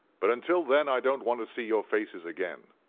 but until then i don't want to see your faces again.